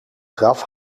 graf